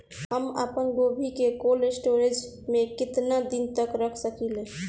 हम आपनगोभि के कोल्ड स्टोरेजऽ में केतना दिन तक रख सकिले?